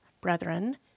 brethren